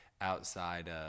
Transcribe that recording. outside